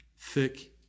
thick